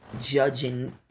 judging